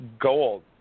Gold